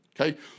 okay